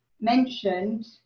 mentioned